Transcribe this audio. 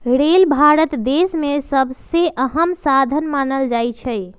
rail Bharat देश में सबसे अहम साधन मानल जाई छई